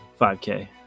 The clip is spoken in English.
5K